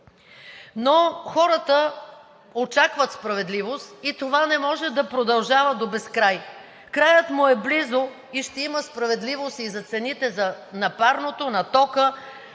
Но хората очакват справедливост и това не може да продължава до безкрай. Краят му е близо и ще има справедливост и за цените на парното, на тока,